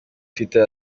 twitter